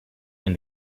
and